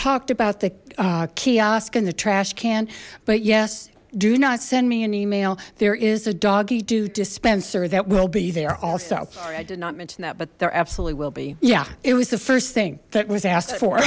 talked about the kiosk and the trash can but yes do not send me an email there is a doggie doo dispenser that will be there also did not mention that but there absolutely will be yeah it was the first thing that was asked for